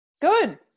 Good